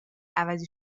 عوضی